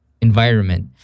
environment